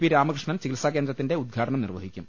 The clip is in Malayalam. പി രാമകൃഷ്ണൻ ചികിത്സാകേന്ദ്രത്തിന്റെ ഉദ്ഘാടനം നിർവഹിക്കും